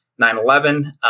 9-11